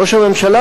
ראש הממשלה,